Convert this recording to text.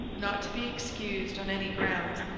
not to be excused on any grounds,